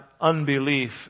unbelief